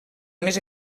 més